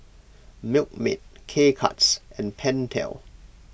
Milkmaid K Cuts and Pentel